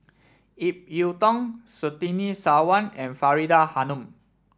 Ip Yiu Tung Surtini Sarwan and Faridah Hanum